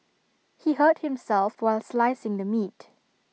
he hurt himself while slicing the meat